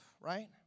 right